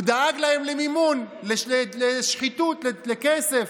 הוא דאג להם למימון, לשחיתות, לכסף,